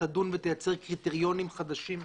שתדון ותייצר קריטריונים חדשים,